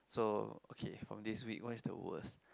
so okay from this week what is the worst